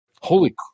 Holy